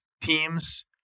teams